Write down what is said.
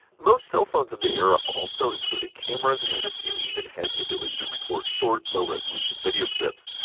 most cell phones of the era also included cameras, and a few even had the ability to record short, low resolution video clips.